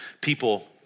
people